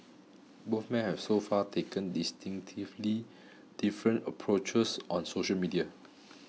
both men have so far taken distinctively different approaches on social media